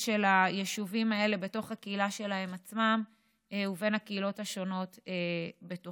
של היישובים האלה בתוך הקהילה שלהם עצמם ובין הקהילות השונות בתוכם.